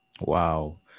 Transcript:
Wow